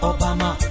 Obama